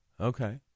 okay